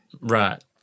right